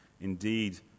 Indeed